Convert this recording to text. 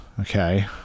Okay